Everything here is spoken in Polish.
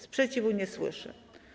Sprzeciwu nie słyszę.